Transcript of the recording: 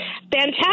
Fantastic